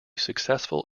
successful